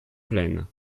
plaine